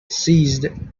ceased